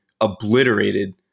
obliterated